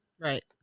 right